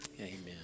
Amen